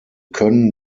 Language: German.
können